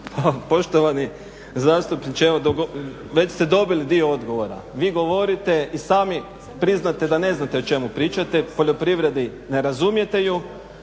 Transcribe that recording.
Poštovani zastupniče, evo već ste dobili dio odgovora. Vi govorite i sami priznate da ne znate o čemu pričate, poljoprivredi ne razumijete ju,